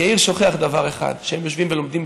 יאיר שוכח רק דבר אחד: שהם יושבים ולומדים